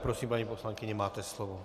Prosím, paní poslankyně, máte slovo.